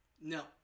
No